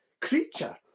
creature